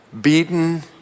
beaten